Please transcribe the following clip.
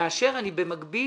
כך זה נמשך.